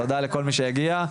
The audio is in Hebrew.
תודה לכל מי שהגיע,